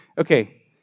Okay